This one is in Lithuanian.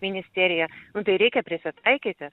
ministerija nu tai reikia prisitaikyti